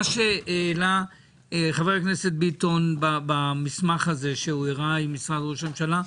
מה שהעלה חבר הכנסת ביטון במסמך הזה שהוא הראה ממשרד ראש הממשלה,